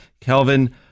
Kelvin